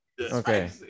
Okay